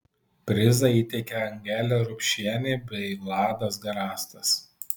prizą įteikė angelė rupšienė bei vladas garastas